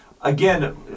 Again